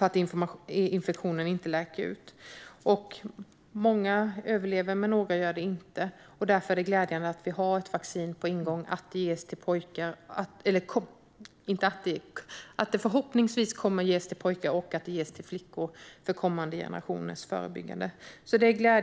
eftersom infektionen inte läker ut. Många överlever, men några gör det inte. Därför är det glädjande att det finns ett vaccin på ingång, att det ges till flickor och att det förhoppningsvis kommer att ges till pojkar.